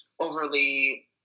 overly